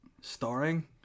Starring